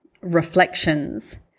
reflections